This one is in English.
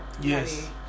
Yes